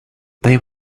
they